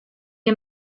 que